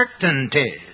certainties